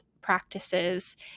practices